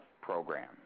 program